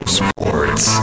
sports